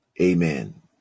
Amen